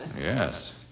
Yes